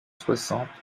soixante